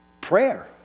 prayer